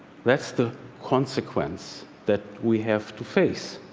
that's the consequence that we have to face.